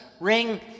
ring